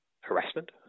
harassment